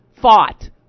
fought